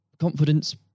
confidence